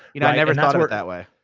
you know i never thought of it that way.